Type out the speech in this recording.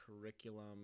curriculum